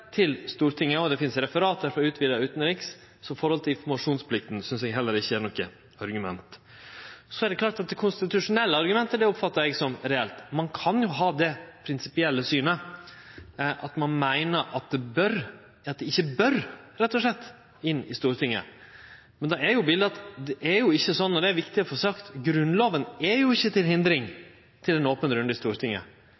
det finst referat frå den utvida utanrikskomiteen, så når det gjeld informasjonsplikta, synest eg heller ikkje det er noko argument. Det konstitusjonelle argumentet oppfattar eg som reelt. Ein kan ha det prinsipielle synet at det rett og slett ikkje bør inn i Stortinget, men bildet er – og det er det viktig å få sagt – at Grunnlova er jo ikkje til